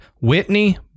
Whitney